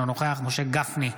אינו נוכח משה גפני,